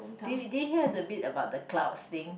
did did you hear the bit about the clouds thing